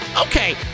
Okay